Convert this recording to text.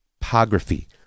topography